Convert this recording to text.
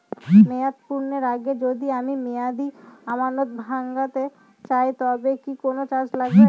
মেয়াদ পূর্ণের আগে যদি আমি মেয়াদি আমানত ভাঙাতে চাই তবে কি কোন চার্জ লাগবে?